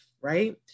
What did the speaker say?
right